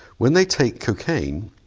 when they take cocaine,